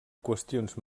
qüestions